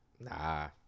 Nah